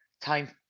time